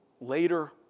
later